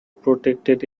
protected